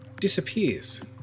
disappears